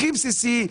הכי בסיסי,